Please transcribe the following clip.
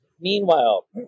Meanwhile